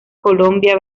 colombia